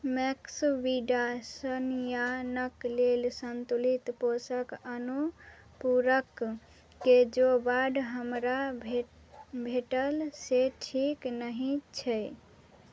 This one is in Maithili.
मैक्सविडासनिआनके लेल सन्तुलित पोषक अनुपूरकके जो बड हमरा भेटल से ठीक नहि छै